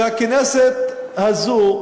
שהכנסת הזו,